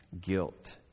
guilt